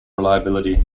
reliability